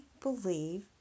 believe